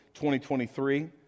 2023